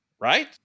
right